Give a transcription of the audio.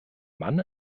mann